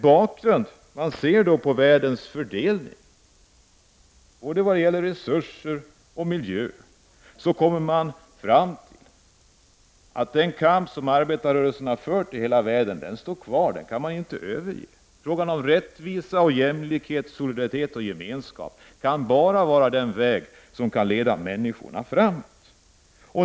När man ser på världens fördelning av resurser och på miljöförhållandena ute i världen kommer man fram till att den kamp som arbetarrörelsen har fört i hela världen måste fortsätta. Den kan man inte överge. Rättvisa, jämlikhet, solidaritet och gemenskap är den enda väg som kan leda människorna framåt.